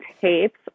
tapes